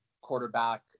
quarterback